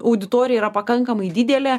auditorija yra pakankamai didelė